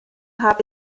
habe